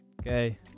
okay